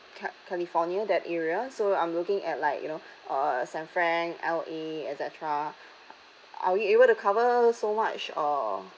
ca~ california that area so I'm looking at like you know uh san fran L_A et cetera are we able to cover so much uh